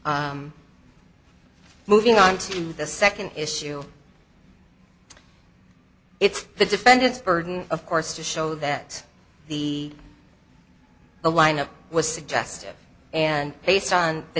moving on to the second issue it's the defendant's burden of course to show that the a line of was suggestive and based on the